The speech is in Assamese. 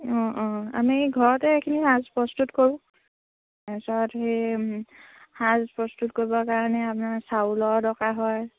অঁ অঁ আমি ঘৰতে এইখিনি সাজ প্ৰস্তুত কৰোঁ তাৰপিছত সেই সাজ প্ৰস্তুত কৰিবৰ কাৰণে আপোনাৰ চাউলৰ দৰকাৰ হয়